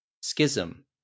schism